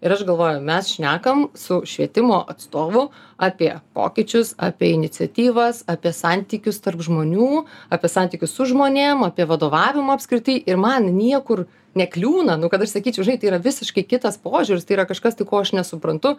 ir aš galvoju mes šnekam su švietimo atstovu apie pokyčius apie iniciatyvas apie santykius tarp žmonių apie santykius su žmonėm apie vadovavimą apskritai ir man niekur nekliūna nu kad aš sakyčiau žinai tai yra visiškai kitas požiūris tai yra kažkas tai ko aš nesuprantu